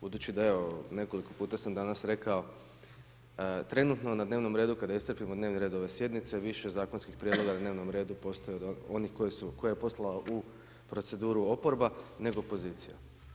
Budući da evo, nekoliko puta sam danas rekao, trenutno na dnevnom redu, kada iscrpimo dnevni red ove sjednice, više zakonskih prijedloga na dnevnom redu postoji od onih koje je poslala u proceduru oporba, nego opozicija.